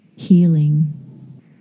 healing